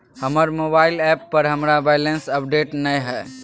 हमर mobile app पर हमरा बैलेंस अपडेट नय हय